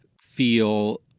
feel